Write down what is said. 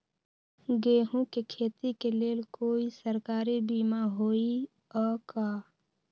गेंहू के खेती के लेल कोइ सरकारी बीमा होईअ का?